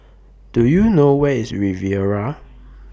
Do YOU know Where IS Riviera